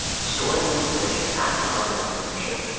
storing information, acting on information,